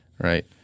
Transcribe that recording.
Right